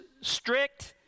strict